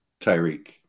Tyreek